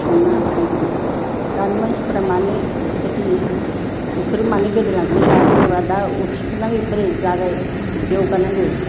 संना होफैयोमोन दानि मानसिफ्रा मानो एफा बिदि बेफोर मानो गोदोलांखो जोंहा बर'आ उथिफिननांंगो बेफोरो जागाय जौगानांगौ